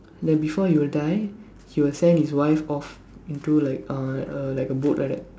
that before he will die he will send his wife off into like uh a like a boat like that